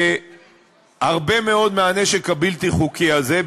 שהרבה מאוד מהנשק הבלתי-חוקי הזה,